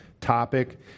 topic